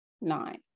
nine